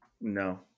No